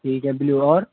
ठीक है ब्ल्यू और